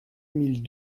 mille